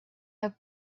have